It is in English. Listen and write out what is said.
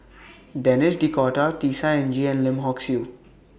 Denis D'Cotta Tisa Ng and Lim Hock Siew